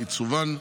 עיצובן,